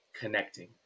connecting